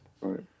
Right